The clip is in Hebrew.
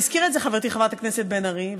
והזכירה את זה חברתי חברת הכנסת בן ארי,